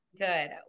good